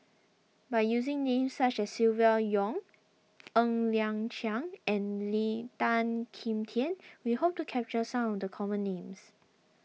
by using names such as Silvia Yong Ng Liang Chiang and Lee Tan Kim Tian we hope to capture some of the common names